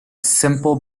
simple